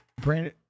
Brandon